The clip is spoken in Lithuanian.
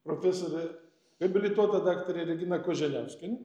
profesorė habilituota daktarė regina koženiauskienė